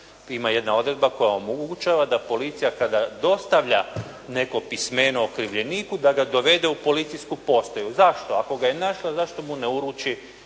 Ima jedna odredba koja omogućava da policija kada dostavlja neko pismeno okrivljeniku da ga dovede u policijsku postaju. Zašto? Ako ga je našla, zašto mu ne uruči